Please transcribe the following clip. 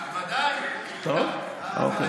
בוודאי, טעות, טוב, אוקיי.